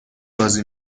بازی